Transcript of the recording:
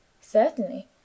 Certainly